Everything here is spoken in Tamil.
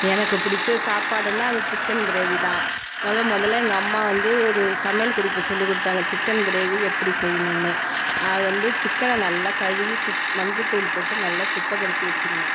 எனக்கு பிடிச்ச சாப்பாடுன்னா அது சிக்கன் கிரேவி தான் மொதல் முதல்ல எங்கள் அம்மா வந்து ஒரு சமையல் குறிப்பு சொல்லிக் கொடுத்தாங்க சிக்கன் கிரேவி எப்படி செய்யணுன்னு அது வந்து சிக்கனை நல்லா கழுவி சுத் மஞ்சத்தூள் போட்டு நல்லா சுத்தப்படுத்தி வெச்சுக்குணும்